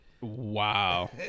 wow